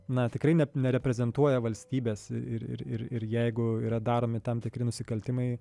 na tikrai ne nereprezentuoja valstybės ir ir ir jeigu yra daromi tam tikri nusikaltimai